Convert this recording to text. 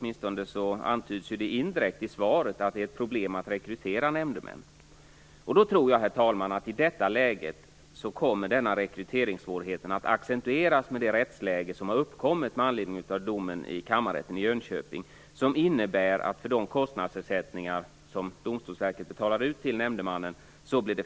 Det antyds ju indirekt i svaret. Herr talman! Jag tror att rekryteringssvårigheterna kommer att accentueras genom det rättsläge som har uppkommit med anledning av domen i kammarrätten i Jönköping. Den innebär att det blir fråga om preliminärskatteavdrag för de kostnadsersättningar som Domstolsverket betalade ut till nämndemannen.